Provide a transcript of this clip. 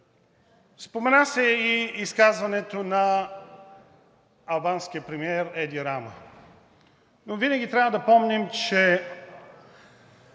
Спомена се и изказването на албанския премиер Еди Рама, но винаги трябва да помним, че